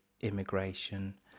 immigration